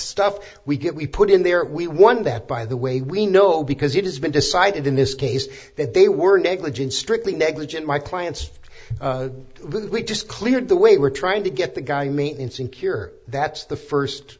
stuff we get we put in there we won that by the way we know because it has been decided in this case that they were negligent strictly eg legit my clients we just cleared the way we're trying to get the guy maintenance in cure that's the first